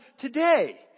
today